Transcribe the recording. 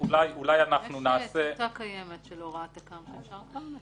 יש טיוטה קיימת של הוראת תכ"ם.